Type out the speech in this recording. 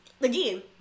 again